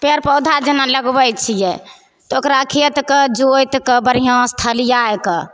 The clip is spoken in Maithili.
पेड़ पौधा जेना लगबै छियै तऽ ओकरा खेतके जोतिके बढ़िआँसँ थलिआए कऽ